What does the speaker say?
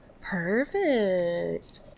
perfect